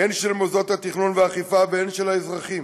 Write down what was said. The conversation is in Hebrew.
הן של מוסדות התכנון והאכיפה והן של האזרחים.